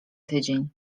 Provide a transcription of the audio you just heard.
tydzień